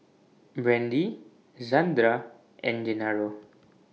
Brandie Zandra and Gennaro